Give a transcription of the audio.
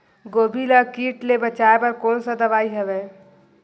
गोभी ल कीट ले बचाय बर कोन सा दवाई हवे?